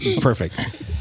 Perfect